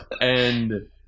and-